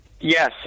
Yes